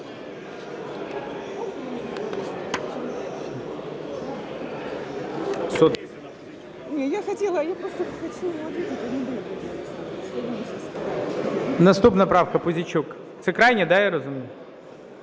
Наступна правка, Пузійчук. Це крайня, да, я розумію?